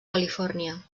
califòrnia